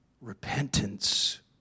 Repentance